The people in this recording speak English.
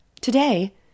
Today